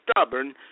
stubborn